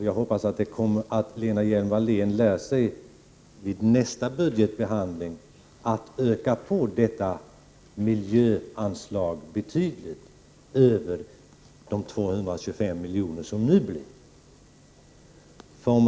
Jag hoppas att Lena Hjelm-Wallén lär sig att vid 41 nästa budgetbehandling öka detta miljöanslag betydligt över de 225 milj.kr. som nu föreslås.